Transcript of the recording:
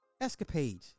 escapade